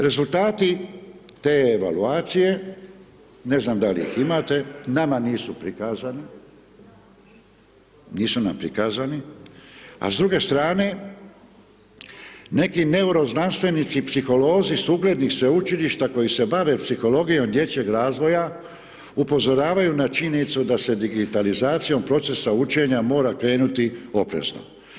Rezultati te evaluacije, ne znam da li ih imate, nama nisu prikazani, nisu nam prikazani, a s druge strane neki neuroznanstvenici i psiholozi s uglednih sveučilišta koji se bave psihologijom dječjeg razvoja upozoravaju na činjenicu da se digitalizacijom procesa učenja mora krenuti oprezno.